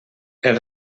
els